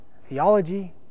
theology